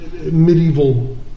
medieval